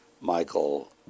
Michael